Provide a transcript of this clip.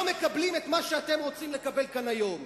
לא מקבלים את מה שאתם רוצים לקבל כאן היום.